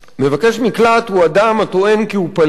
"מבקש מקלט, אדם הטוען כי הוא פליט